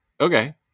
okay